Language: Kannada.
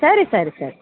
ಸರಿ ಸರಿ ಸರಿ